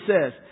says